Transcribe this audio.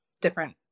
different